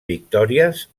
victòries